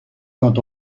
quand